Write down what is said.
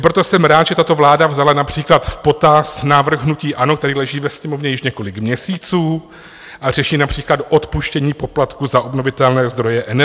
Proto jsem rád, že tato vláda vzala například v potaz návrh hnutí ANO, který leží ve Sněmovně již několik měsíců a řeší například odpuštění poplatku za obnovitelné zdroje energie.